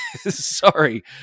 sorry